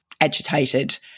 agitated